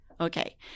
Okay